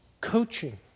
coaching